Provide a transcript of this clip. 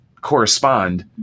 correspond